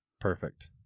Perfect